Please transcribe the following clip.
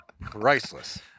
priceless